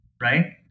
right